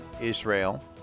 Israel